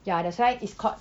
ya that's why it's called